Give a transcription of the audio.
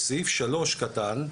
בסעיף קטן (3),